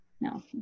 no